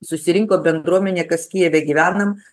susirinko bendruomenė kas kijeve gyvenam